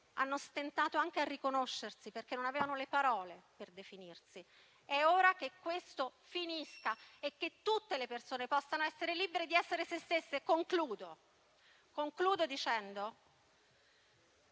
hanno stentato anche a riconoscersi perché non avevano le parole per definirsi. È ora che questo finisca e che tutte le persone possano essere libere di essere se stesse. Concludo dicendo